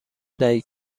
دهید